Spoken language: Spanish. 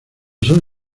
son